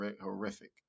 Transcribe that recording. horrific